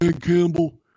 Campbell